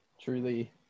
Truly